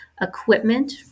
equipment